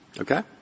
okay